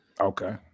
okay